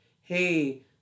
hey